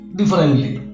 differently